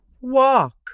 Walk